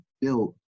built